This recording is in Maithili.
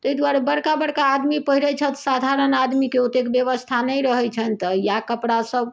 ताहि दुआरे बड़का बड़का आदमी पहिरैत छथि साधारण आदमीके ओते व्यवस्था नहि रहै छनि तऽ इएह कपड़ा सभ